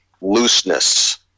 looseness